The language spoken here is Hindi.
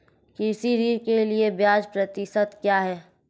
कृषि ऋण के लिए ब्याज प्रतिशत क्या है?